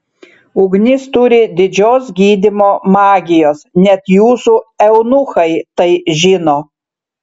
ugnis turi didžios gydymo magijos net jūsų eunuchai tai žino